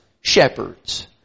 shepherds